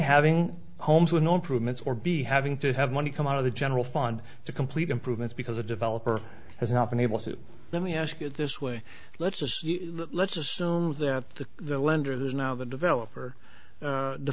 having homes with no proven its or b having to have money come out of the general fund to complete improvements because a developer has not been able to let me ask it this way let's just let's assume that the lender has now the developer